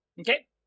Okay